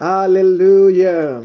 Hallelujah